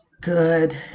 Good